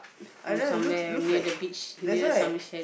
I don't know looks looks like that's why